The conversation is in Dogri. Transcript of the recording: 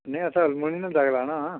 में इत्थें एल्मुनियम दा लोआना हा